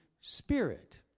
Spirit